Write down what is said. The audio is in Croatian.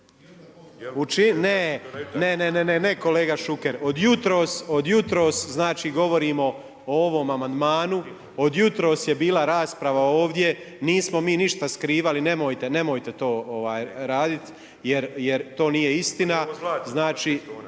Ne, ne, ne kolega Šuker. Od jutros, znači govorimo o ovom amandmanu, od jutros je bila rasprava ovdje. Nismo mi ništa skrivali. Nemojte to raditi, jer to nije istina. Znači